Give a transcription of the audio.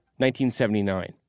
1979